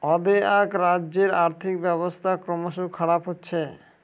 অ্দেআক রাজ্যের আর্থিক ব্যবস্থা ক্রমস খারাপ হচ্ছে